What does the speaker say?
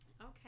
Okay